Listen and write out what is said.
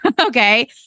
Okay